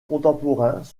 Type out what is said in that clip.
contemporains